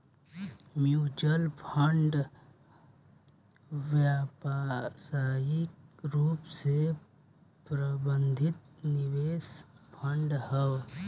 mutual fund व्यावसायिक रूप से प्रबंधित निवेश फंड ह